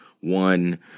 one